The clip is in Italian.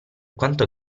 quanto